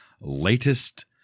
latest